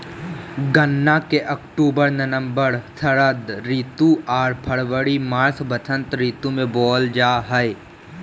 गन्ना के अक्टूबर नवम्बर षरद ऋतु आर फरवरी मार्च बसंत ऋतु में बोयल जा हइ